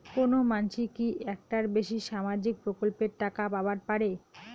কোনো মানসি কি একটার বেশি সামাজিক প্রকল্পের টাকা পাবার পারে?